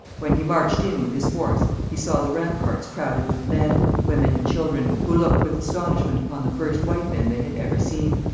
when he marched in with his force, he saw the ramparts crowded with men, women, and children, who looked with astonishment upon the first white men they had ever seen.